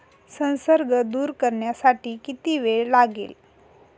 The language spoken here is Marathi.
संसर्ग दूर करण्यासाठी किती वेळ लागेल?